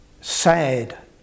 sad